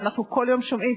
ואנחנו כל יום שומעים,